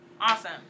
awesome